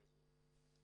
אלי אזור?